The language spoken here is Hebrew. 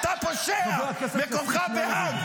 חבר הכנסת כסיף, משפט אחרון.